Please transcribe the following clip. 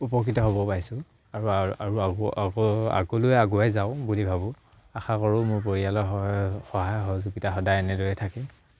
উপকৃত হ'ব পাইছোঁ আৰু আৰু আৰু আগলৈ আগুৱাই যাওঁ বুলি ভাবোঁ আশা কৰোঁ মোৰ পৰিয়ালৰ সহায় হ'ল জোপিতা সদায় এনেদৰে থাকে